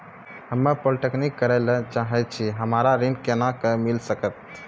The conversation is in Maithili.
हम्मे पॉलीटेक्निक करे ला चाहे छी हमरा ऋण कोना के मिल सकत?